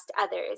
others